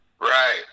Right